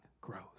grows